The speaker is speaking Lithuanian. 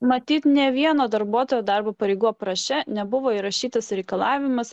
matyt ne vieno darbuotojo darbo pareigų apraše nebuvo įrašytas reikalavimas